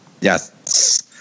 Yes